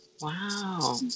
Wow